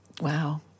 Wow